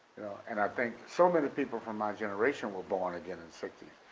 and i think so many people from my generation were born again in sixties.